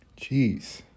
Jeez